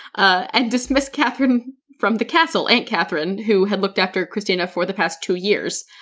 and dismissed catherine from the castle. aunt catherine, who had looked after kristina for the past two years.